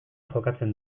jokatzen